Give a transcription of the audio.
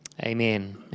Amen